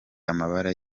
amabara